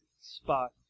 spot